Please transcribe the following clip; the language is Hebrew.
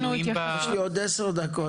יש לי עוד עשר דקות.